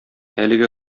әлеге